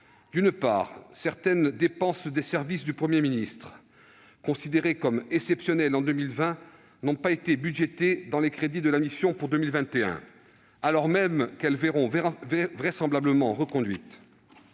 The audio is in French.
D'une part, certaines dépenses des services du Premier ministre, considérées comme exceptionnelles en 2020, n'ont pas été budgétées dans les crédits de la mission pour 2021, alors même qu'elles seront vraisemblablement reconduites.